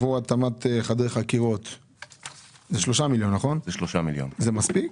זה מספיק?